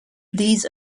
these